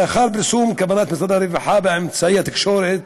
לאחר פרסום כוונת משרד הרווחה באמצעי התקשורת